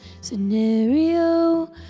scenario